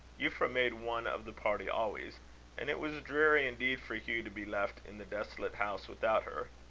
euphra made one of the party always and it was dreary indeed for hugh to be left in the desolate house without her,